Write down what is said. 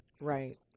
Right